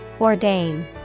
Ordain